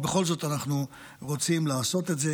ובכל זאת אנחנו רוצים לעשות את זה.